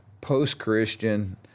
post-Christian